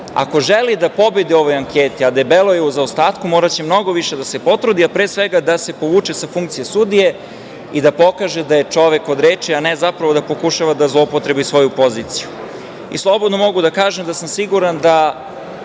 ako želi da pobedi u ovoj anketi, a debelo je u zaostatku, moraće mnogo više da se potrudi, a pre svega da se povuče sa funkcije sudije i da pokaže da je čovek od reči, a ne zapravo da pokušava da zloupotrebi svoju poziciju. Slobodno mogu da kažem da sam siguran da,